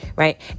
Right